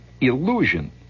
illusion